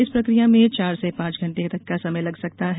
इस प्रक्रिया में चार से पांच घंटे का समय लग सकता है